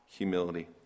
humility